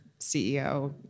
CEO